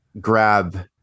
grab